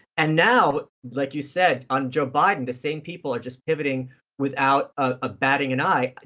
and now, like you said, on joe biden, the same people are just pivoting without ah batting an eye.